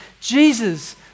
Jesus